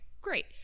great